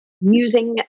using